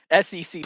SEC